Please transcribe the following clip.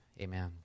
amen